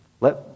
Let